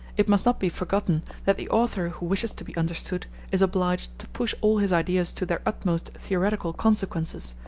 it must not be forgotten that the author who wishes to be understood is obliged to push all his ideas to their utmost theoretical consequences,